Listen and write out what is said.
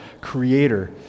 creator